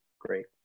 great